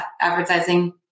advertising